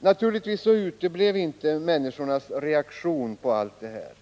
Naturligtvis uteblev inte människornas reaktion på allt detta.